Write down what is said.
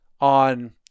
on